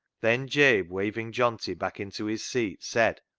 then jabe, waving johnty back into his seat, said,